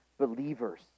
believers